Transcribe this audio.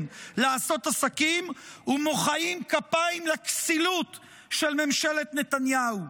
לעשות עסקים ומוחאים כפיים לכסילות של ממשלת נתניהו.